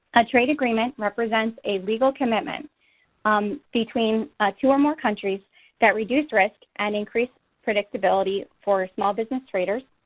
a trade agreement represents a legal commitment um between two or more countries that reduce risk and increase predictability for a small business trader.